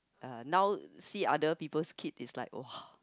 uh now see other people's kids is like !wah!